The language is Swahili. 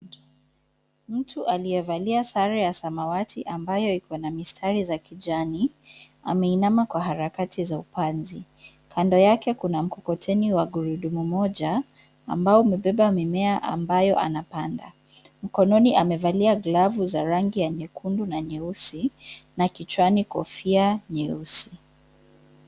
Mtu aliyevalia sare ya samawati ambayo iko na mistari za kijani ameinama kwa harakati za upanzi. Kando yake kuna mkokoteni wa gurudumu moja ambao umebeba mimea ambayo anapanda. Mkononi amevaa glavu za rangi ya nyekundu na nyeusi na kichwani kofia nyeusi.